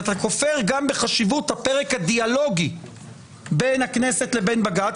אתה כופר גם בחשיבות הפרק הדיאלוגי בין הכנסת לבין בג"ץ.